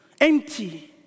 empty